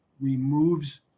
removes